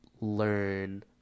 learn